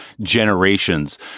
generations